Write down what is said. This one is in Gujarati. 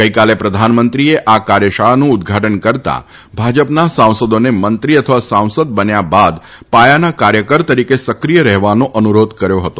ગઇકાલે પ્રધાનમંત્રીએ આ કાર્યશાળાનું ઉદ્ઘાટન કરતા ભાજપના સાંસદોને મંત્રી અથવા સાંસદ બન્યા બાદ પાયાના કાર્યકર તરીકે સક્રિય રહેવાનો અનુરોધ કર્યો હતો